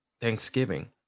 Thanksgiving